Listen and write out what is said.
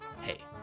Hey